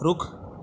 ਰੁੱਖ